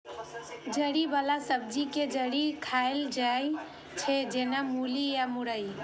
जड़ि बला सब्जी के जड़ि खाएल जाइ छै, जेना मूली या मुरइ